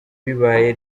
bibaye